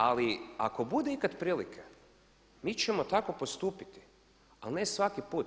Ali ako bude ikad prilike mi ćemo tako postupiti, ali ne svaki put.